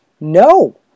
No